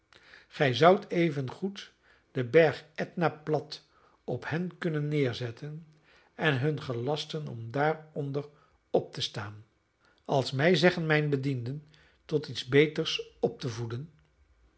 gij zoudt evengoed den berg etna plat op hen kunnen neerzetten en hun gelasten om daaronder op te staan als mij zeggen mijne bedienden tot iets beters op te voeden